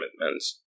commitments